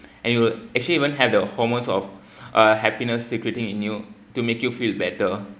and you would actually even have the hormones of uh happiness secreting in you to make you feel better